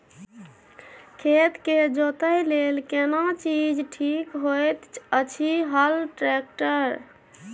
खेत के जोतय लेल केना चीज ठीक होयत अछि, हल, ट्रैक्टर?